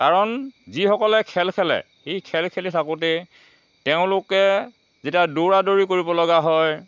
কাৰণ যিসকলে খেল খেলে সি খেল খেলি থাকোঁতেই তেওঁলোকে যেতিয়া দৌৰা দৌৰি কৰিবলগা হয়